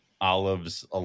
olives